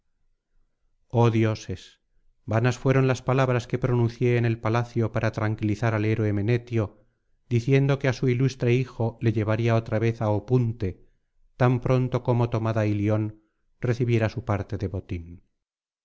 dioses vanas fueron las palabras que pronuncié en el palacio para tranquilizar al héroe menetio diciendo que á su ilustre hijo le llevaría otra vez á opunte tan pronto como tomada ilion recibiera su parte de botín